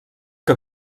que